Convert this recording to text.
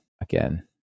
again